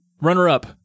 Runner-up